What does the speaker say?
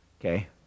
okay